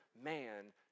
man